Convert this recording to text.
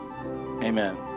amen